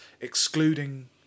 excluding